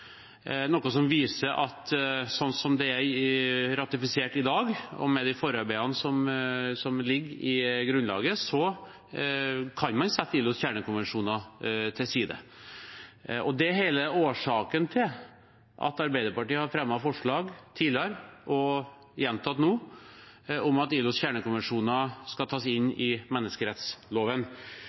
viser at slik det er ratifisert i dag, med de forarbeidene som ligger i grunnlaget, kan man sette ILOs kjernekonvensjoner til side. Det er hele årsaken til at Arbeiderpartiet har fremmet forslag tidligere, og gjentatt det nå, om at ILOs kjernekonvensjoner skal tas inn i menneskerettsloven.